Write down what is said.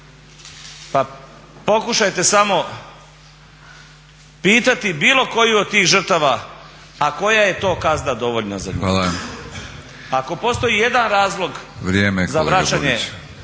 Pa pokušajte samo pitati bilo koju od tih žrtava a koja je to kazna dovoljna za njih? Ako postoji ijedan razlog za vraćanje